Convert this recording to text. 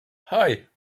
hei